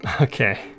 Okay